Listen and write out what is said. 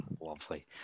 Lovely